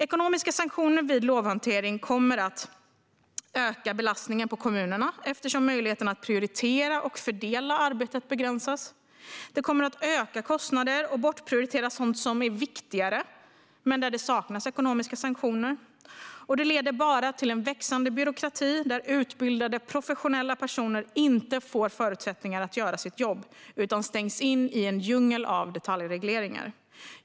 Ekonomiska sanktioner vid lovhantering kommer att öka belastningen på kommunerna eftersom möjligheten att prioritera och fördela arbetet begränsas. Det kommer att öka kostnaderna, och kommunerna kommer att bortprioritera sådant som är viktigare men där det saknas ekonomiska sanktioner. Detta leder till en växande byråkrati där utbildade professionella personer inte får förutsättningar att göra sitt jobb utan sitter fast i en djungel av detaljregleringar.